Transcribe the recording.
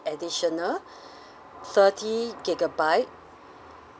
additional thirty gigabyte